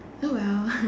oh well